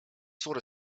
sort